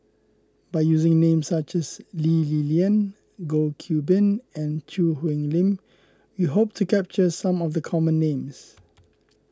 by using names such as Lee Li Lian Goh Qiu Bin and Choo Hwee Lim we hope to capture some of the common names